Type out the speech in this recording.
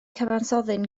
cyfansoddyn